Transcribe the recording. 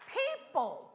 people